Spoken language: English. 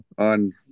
On